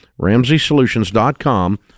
RamseySolutions.com